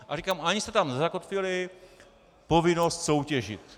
A říkám, ani jste tam nezakotvili povinnost soutěžit.